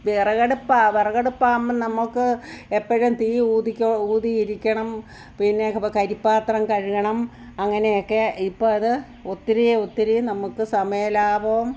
വിറകടുപ്പ് വിറകടുപ്പ് ആകുമ്പോൾ നമുക്ക് എപ്പോഴും തീ ഊതികോ ഊതിയിരിക്കണം പിന്നെ ഇപ്പോൾ കരിപ്പാത്രം കഴുകണം അങ്ങനെയൊക്കെ ഇപ്പോൾ അത് ഒത്തിരി ഒത്തിരി നമുക്ക് സമയം ലാഭവും